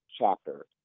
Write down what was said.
chapter